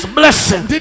blessing